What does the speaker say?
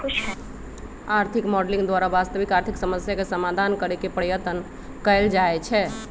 आर्थिक मॉडलिंग द्वारा वास्तविक आर्थिक समस्याके समाधान करेके पर्यतन कएल जाए छै